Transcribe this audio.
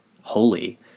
holy